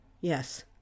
yes